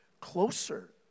closer